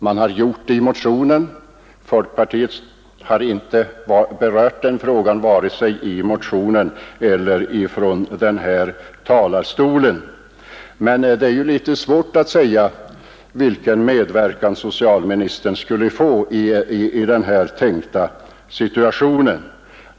Folkpartiet har inte heller berört den frågan vare sig i motionen eller i den här talarstolen. Det är därför litet svårt att säga vilken medverkan från det hållet finansministern skulle få i den tänkta situationen.